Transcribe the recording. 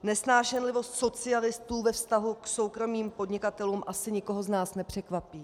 Nesnášenlivost socialistů ve vztahu k soukromým podnikatelům asi nikoho z nás nepřekvapí.